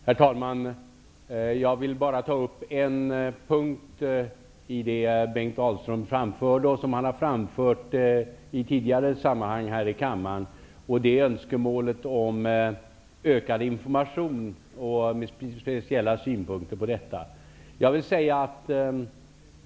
Herr talman! Jag vill bara ta upp en punkt i det Bengt Dalström framförde och som han har framfört också i tidigare sammanhang här i kammaren, nämligen önskemålet om ökad information och hans speciella synpunkter på detta.